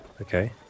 okay